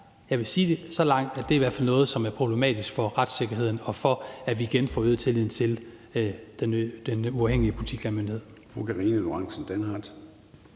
jeg vil sige det så langt, at det i hvert fald er noget, som er problematisk for retssikkerheden og for, at vi igen får øget tilliden til Den Uafhængige Politiklagemyndighed.